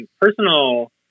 personal